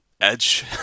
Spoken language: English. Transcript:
edge